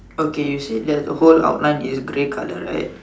okay you see there's a whole outline in the body colour right